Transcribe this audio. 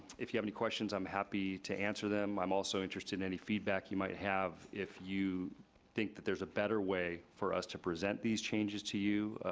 if you have any questions, i'm happy to answer them. i'm also interested in any feedback you might have if you think that there's a better way for us to present these changes to you,